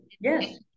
Yes